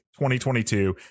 2022